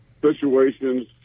situations